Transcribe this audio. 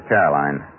Caroline